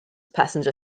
passenger